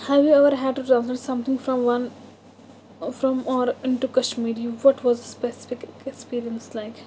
how you are how to translate something from one from are into Kashmiri what was the specific experience like